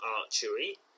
archery